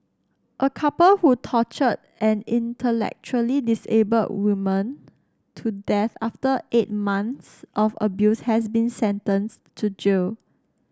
a couple who tortured an intellectually disabled woman to death after eight months of abuse has been sentenced to jail